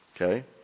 Okay